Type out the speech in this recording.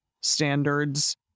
standards